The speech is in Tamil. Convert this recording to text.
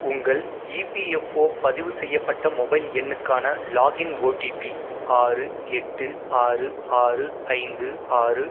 உங்கள் இபிஎஃப்ஓ பதிவு செய்யப்பட்ட மொபைல் எண்ணுக்கான லாக்இன் ஓடிபி ஆறு எட்டு ஆறு ஆறு ஐந்து ஆறு